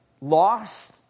lost